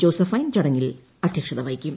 Josephine ചടങ്ങിൽ അദ്ധ്യക്ഷത വഹിക്കും